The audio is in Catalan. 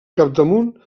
capdamunt